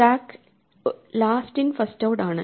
stack last in first out ആണ്